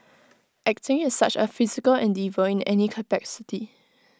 acting is such A physical endeavour in any capacity